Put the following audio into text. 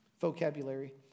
Vocabulary